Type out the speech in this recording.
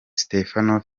stefano